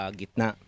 gitna